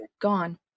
gone